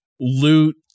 loot